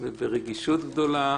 וברגישות גדולה,